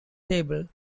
table